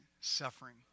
suffering